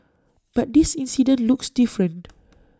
but this incident looks different